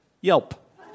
Yelp